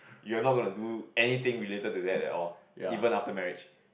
you are not going to do anything related to that at all even after marriage